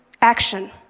action